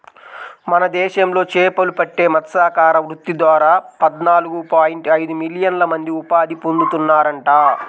మన దేశంలో చేపలు పట్టే మత్స్యకార వృత్తి ద్వారా పద్నాలుగు పాయింట్ ఐదు మిలియన్ల మంది ఉపాధి పొందుతున్నారంట